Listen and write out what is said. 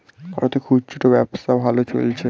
ভারতে খুচরা ব্যবসা ভালো চলছে